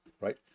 Right